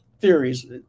theories